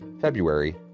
February